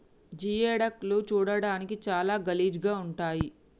geoduck లు చూడడానికి చాలా గలీజ్ గా ఉంటయ్